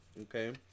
okay